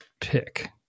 pick